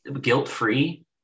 guilt-free